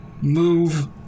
move